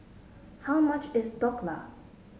how much is Dhokla